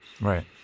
Right